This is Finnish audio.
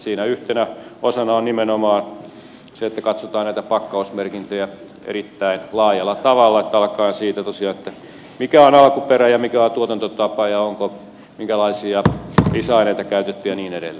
siinä yhtenä osana on nimenomaan se että katsotaan näitä pakkausmerkintöjä erittäin laajalla tavalla alkaen tosiaan siitä mikä on alkuperä ja mikä on tuotantotapa minkälaisia lisäaineita on käytetty ja niin edelleen